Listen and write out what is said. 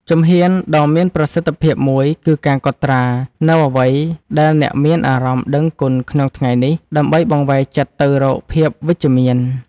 ជំហានដ៏មានប្រសិទ្ធភាពមួយគឺការកត់ត្រានូវអ្វីដែលអ្នកមានអារម្មណ៍ដឹងគុណក្នុងថ្ងៃនេះ ដើម្បីបង្វែរចិត្តទៅរកភាពវិជ្ជមាន។